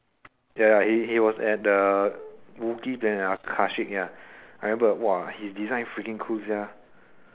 ya ya he he was at the there ah ya I remember !wah! his design freaking cool sia